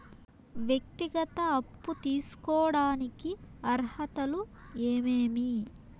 వ్యక్తిగత అప్పు తీసుకోడానికి అర్హతలు ఏమేమి